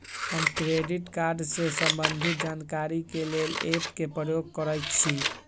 हम credit card से संबंधित जानकारी के लेल एप के प्रयोग करइछि